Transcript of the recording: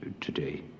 today